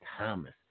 thomas